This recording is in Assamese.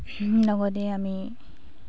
লগতে আমি